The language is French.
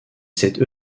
cette